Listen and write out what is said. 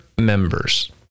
members